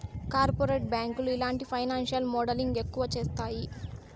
corporate బ్యాంకులు ఇలాంటి financial modelling ఎక్కువ చేత్తాయి